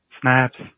snaps